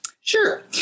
Sure